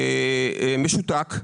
משותק,